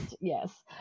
Yes